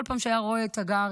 כל פעם שהוא היה רואה את הגרי: